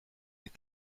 est